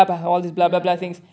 ya ya